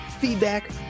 feedback